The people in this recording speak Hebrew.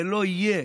זה לא יהיה.